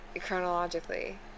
chronologically